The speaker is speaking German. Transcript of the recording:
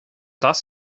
das